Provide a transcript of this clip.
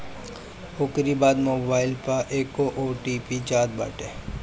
ओकरी बाद मोबाईल पे एगो ओ.टी.पी जात बाटे